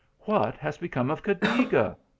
what has become of cadiga?